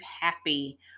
happy